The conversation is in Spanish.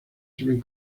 sirven